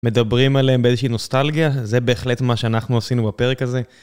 מדברים עליהם באיזושהי נוסטלגיה, זה בהחלט מה שאנחנו עשינו בפרק הזה.